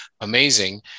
amazing